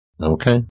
Okay